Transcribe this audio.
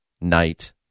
night